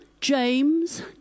James